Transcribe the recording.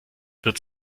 wird